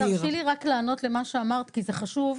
תרשי רק לענות למה שאמרת, כי זה חשוב.